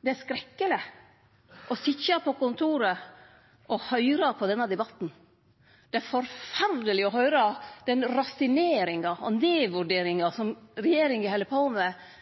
Det er skrekkeleg å sitje på kontoret og høyre på denne debatten. Det er forferdeleg å høyre den raseringa og nedvurderinga som regjeringa held på med